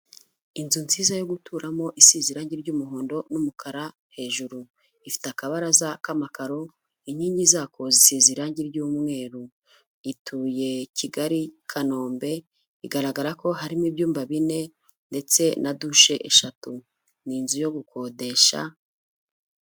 Inzu nziza yo guturamo, isi irangi ry'umuhondo n'umukara hejuru, ifite akabaraza k'amakaro, inkingi zako zisize irangi ry'umweru, ituye Kigali Kanombe, igaragara ko harimo ibyumba bine ndetse na dushe eshatu, ni inzu yo gukodesha.